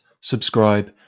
subscribe